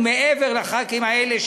ומעבר לחברי הכנסת האלה,